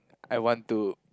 I want to